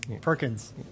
Perkins